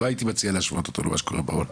לא הייתי מציע להשוות אותו למה שקורה בעולם.